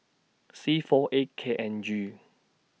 C four eight K N G